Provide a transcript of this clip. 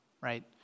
right